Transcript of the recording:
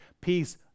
peace